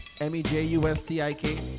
M-E-J-U-S-T-I-K